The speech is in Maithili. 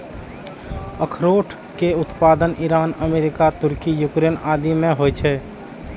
अखरोट के उत्पादन ईरान, अमेरिका, तुर्की, यूक्रेन आदि मे होइ छै